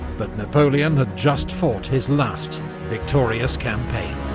but napoleon had just fought his last victorious campaign.